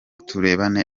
turebana